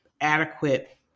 adequate